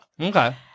Okay